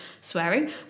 swearing